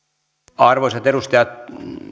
arvoisat edustajat